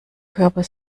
körper